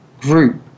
group